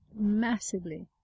massively